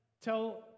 tell